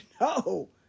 No